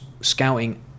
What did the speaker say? scouting